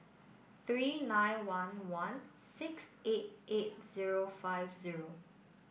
three nine one one six eight eight zero five zero